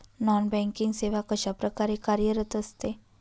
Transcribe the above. Non banking सेवा कशाप्रकारे कार्यरत असते?